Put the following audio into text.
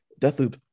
Deathloop